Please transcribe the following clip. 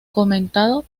comentado